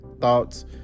thoughts